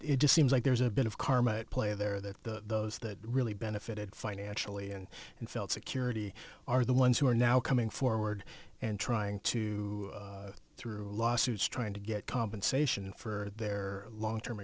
it just seems like there's a bit of karma at play there that the that really benefited financially and and still security are the ones who are now coming forward and trying to through lawsuits trying to get compensation for their long term